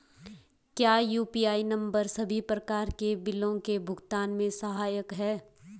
क्या UPI number सभी प्रकार के बिलों के भुगतान में सहायक हैं?